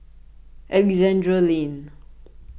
Alexandra Lane